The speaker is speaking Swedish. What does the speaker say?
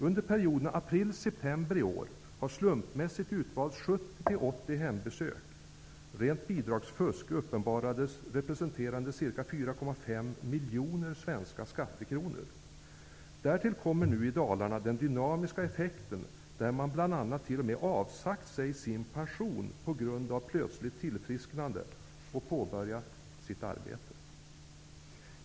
Under perioden april-september i år gjordes slumpmässigt 70 till 80 hembesök. Man uppenbarade rent bidragsfusk motsvarande ca 4,5 miljoner svenska skattekronor. I Dalarna har den dynamiska effekten uppstått att personer som har uppburit pension nu har avsagt sig den på grund av plötsligt tillfrisknande, och de har börjat arbeta.